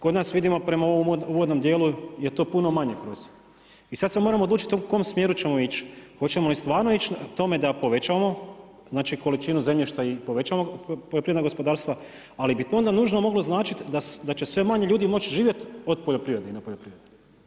Kod nas vidimo prema ovom uvodnom dijelu je to puno manje prosjek i sad se moramo odlučiti u kom smjeru ćemo ići, hoćemo li stvarno ići k tome da povećavamo znači količinu zemljišta i povećamo poljoprivredna gospodarstva, ali bi to onda nužno moglo značiti da će sve manje ljudi moći živjeti od poljoprivrede i na poljoprivredni.